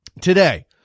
today